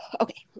okay